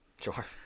Sure